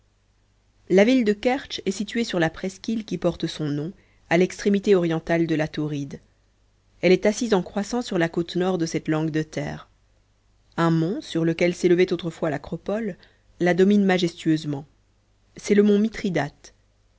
la ville de kertsch est située sur la presqu'île qui porte son nom à l'extrémité orientale de la tauride elle est assise en croissant sur la côte nord de cette langue de terre un mont sur lequel s'élevait autrefois l'acropole la domine majestueusement c'est le mont mithridate